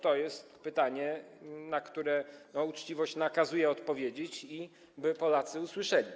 To jest pytanie, na które uczciwość nakazuje odpowiedzieć, by Polacy to usłyszeli.